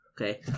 Okay